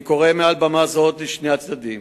אני קורא מעל במה זאת לשני הצדדים,